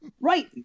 Right